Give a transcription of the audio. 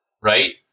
right